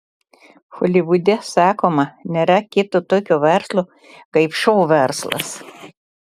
holivude sakoma nėra kito tokio verslo kaip šou verslas